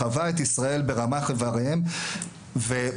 חווה את ישראל ברמ"ח אבריהם ובסוף,